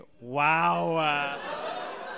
Wow